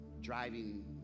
driving